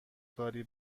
کاری